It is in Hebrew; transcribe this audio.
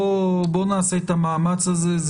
בואו נעשה את המאמץ הזה.